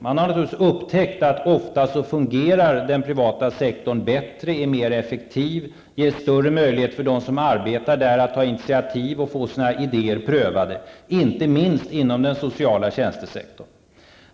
Man har naturligtvis upptäckt att den privata sektorn ofta fungerar bättre, att den är mer effektiv och ger större möjlighet för dem som arbetar där att ta initiativ och få sina idéer prövade. Detta gäller inte minst inom den sociala tjänstesektorn.